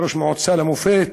היה ראש מועצה למופת,